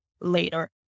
later